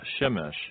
Shemesh